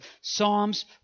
Psalms